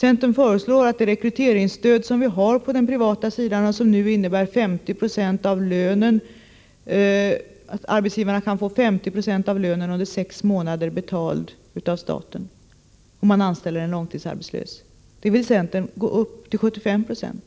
Centern föreslår att rekryteringsstödet på den privata sidan, som nu innebär att en arbetsgivare kan få 50 96 av lönen under sex månader betald av staten om han anställer en långtidsarbetslös, skall öka till 75 960.